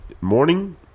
morning